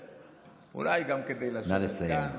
אולי גם כדי לשבת כאן,